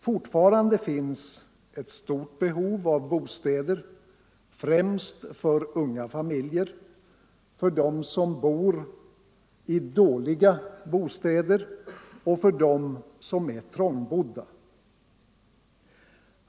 Fortfarande finns ett stort behov av bostäder, främst för unga familjer, för dem som bor i dåliga bostäder och för dem som är trångbodda.